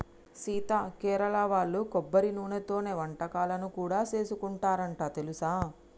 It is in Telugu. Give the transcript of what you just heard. సీత కేరళ వాళ్ళు కొబ్బరి నూనెతోనే వంటకాలను కూడా సేసుకుంటారంట తెలుసా